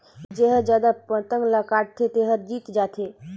जेहर जादा पतंग ल काटथे तेहर जीत जाथे